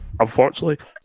Unfortunately